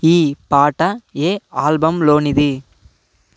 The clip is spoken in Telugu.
ఈ పాట ఏ ఆల్బమ్లోనిది